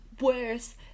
worse